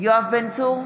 יואב בן צור,